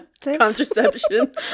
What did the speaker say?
contraception